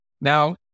Now